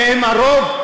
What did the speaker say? שהם הרוב,